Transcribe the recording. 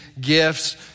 gifts